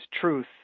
truth